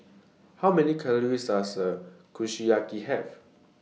How Many Calories Does A Kushiyaki Have